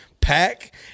pack